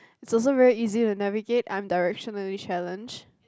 it's also very easy to navigate I'm directionally challenged